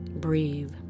breathe